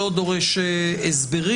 דורש הסברים.